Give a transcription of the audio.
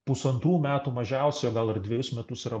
pusantrų metų mažiausiai o gal ir dvejus metus yra